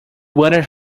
wanted